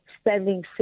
spending